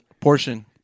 portion